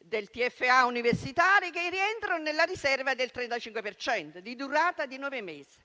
dei TFA universitari, che rientrano nella riserva del 35 per cento, di durata di nove mesi